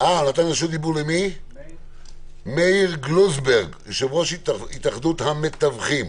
מאיר גלוזברג, יושב-ראש התאחדות המתווכים,